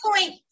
point